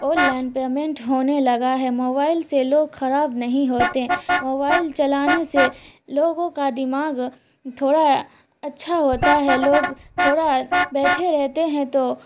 on line payment ہونے لگا ہے موبائل سے لوگ خراب نہیں ہوتے موبائل چلانے سے لوگوں کا دماغ تھوڑا اچھا ہوتا ہے لوگ تھوڑا بیٹھے رہتے ہیں تو